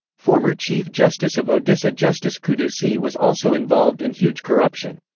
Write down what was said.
former chief justice of odisha justice quddusi was also involved in huge corruption.